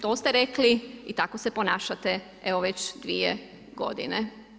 To ste rekli i tako se ponašate, evo već dvije godine.